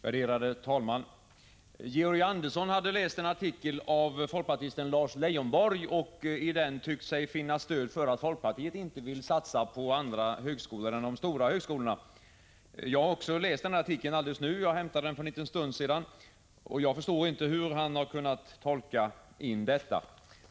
Herr talman! Georg Andersson hade läst en artikel av folkpartisten Lars Leijonborg och i den tyckt sig finna stöd för att folkpartiet inte vill satsa på andra högskolor än de stora högskolorna. Jag har också läst artikeln nu — jag hämtade den för en liten stund sedan — och jag förstår inte hur Georg Andersson har kunnat tolka in detta.